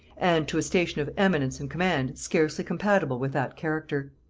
and to a station of eminence and command scarcely compatible with that character.